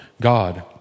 God